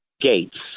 gates